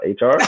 HR